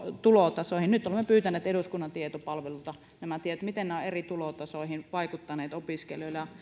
tulotasoihin nyt olemme pyytäneet eduskunnan tietopalvelulta nämä tiedot miten nämä ovat eri tulotasoihin vaikuttaneet opiskelijoilla